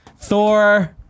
Thor